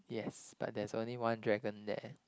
yes but there is only one dragon there